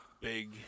big